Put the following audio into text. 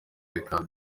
bikaba